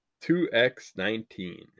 2x19